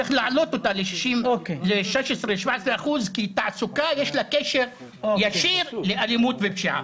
צריך להעלות ל- 17-16% כי לתעסוקה יש קשר ישיר לאלימות ולפשיעה.